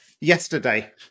yesterday